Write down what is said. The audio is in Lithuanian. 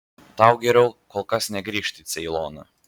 tau geriau kol kas negrįžti į ceiloną